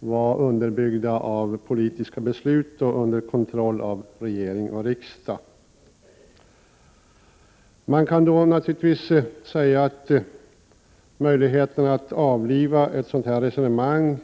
var underbyggd av politiska beslut under kontroll av regering och riksdag. Prot. 1988/89:30 Det finns skilda vägar för att avliva ett sådant resonemang.